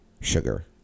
sugar